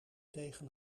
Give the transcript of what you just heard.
tegen